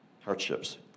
hardships